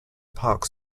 parks